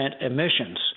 emissions